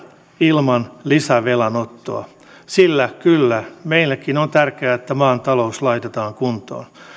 ilman lisävelan ottoa sillä kyllä meillekin on tärkeää että maan talous laitetaan kuntoon